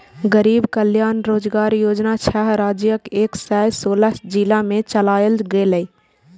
गरीब कल्याण रोजगार योजना छह राज्यक एक सय सोलह जिला मे चलायल गेलै